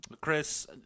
Chris